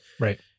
Right